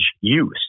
use